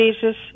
Jesus